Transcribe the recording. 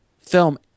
film